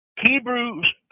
Hebrews